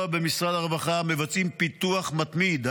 במשרד הרווחה מבצעים פיתוח מתמיד,